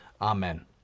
Amen